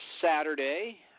Saturday